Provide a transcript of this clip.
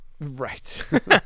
Right